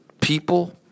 people